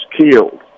killed